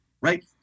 right